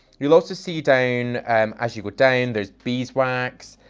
you'll also see down um as you go down, there's beeswax,